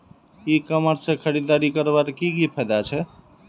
ई commerce से खरीदारी करवार की की फायदा छे?